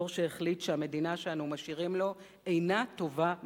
דור שהחליט שהמדינה שאנו משאירים לו אינה טובה מספיק,